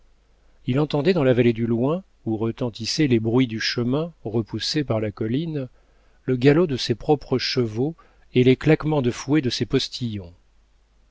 il entendait dans la vallée du loing où retentissaient les bruits du chemin repoussés par la colline le galop de ses propres chevaux et les claquements de fouet de ses postillons